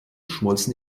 schmolzen